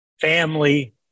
family